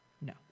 no